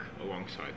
alongside